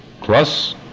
Plus